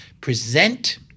present